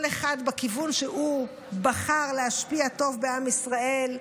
כל אחד בכיוון שהוא בחר להשקיע טוב בעם ישראל,